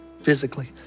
physically